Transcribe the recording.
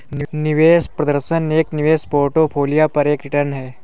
निवेश प्रदर्शन एक निवेश पोर्टफोलियो पर एक रिटर्न है